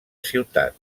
ciutat